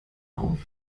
auf